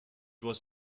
was